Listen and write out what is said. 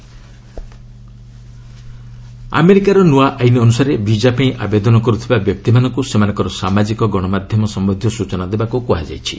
US visa ଆମେରିକାର ନୂଆ ଆଇନ ଅନୁସାରେ ବିଜା ପାଇଁ ଆବେଦନ କରୁଥିବା ବ୍ୟକ୍ତିମାନଙ୍କୁ ସେମାନଙ୍କର ସାମାଜିକ ଗଣମାଧ୍ୟମ ସମ୍ପନ୍ଧୀୟ ସ୍ତଚନା ଦେବାକୁ କୁହାଯାଇଛି